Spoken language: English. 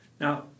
Now